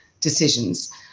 decisions